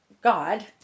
God